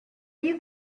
you